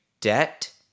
debt